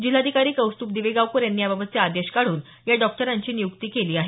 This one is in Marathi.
जिल्हाधिकारी कौस्तुभ दिवेगावकर यांनी याबाबतचे आदेश काढून या डॉक्टरांची निय्क्ती केली आहे